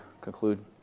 conclude